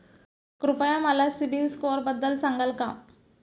कृपया मला सीबील स्कोअरबद्दल सांगाल का?